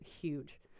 Huge